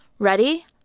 Ready